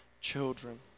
children